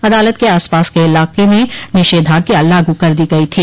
अदालत के आसपास के इलाके में निषेधाज्ञा लागू कर दी गई थी